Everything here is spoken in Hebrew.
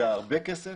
זה הרבה כסף,